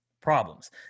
problems